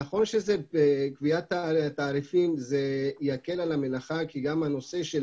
נכון שקביעת התעריפים תקל על המלאכה כי גם הנושא של